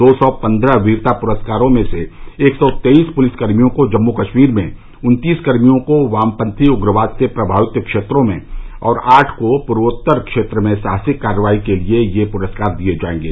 दो सौ पन्द्रह वीरता पुरस्कारों में से एक सौ तेईस पुलिसकर्मियों को जम्मू कश्मीर में उन्तीस कर्मियों को वामपथी उग्रवाद से प्रभावित क्षेत्रों में और आठ को पूर्वोत्तर क्षेत्र में साहसिक कार्रवाई के लिए ये पुरस्कार दिए जाएंगे